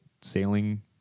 sailing